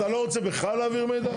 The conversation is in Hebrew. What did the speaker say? אז אתה לא רוצה בכלל להעביר מידע?